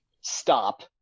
stop